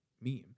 meme